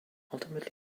ultimately